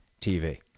TV